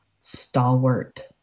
stalwart